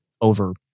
over